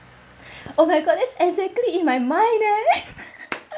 oh my god that's exactly in my mind leh